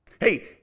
Hey